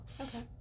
okay